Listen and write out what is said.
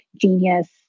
genius